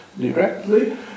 directly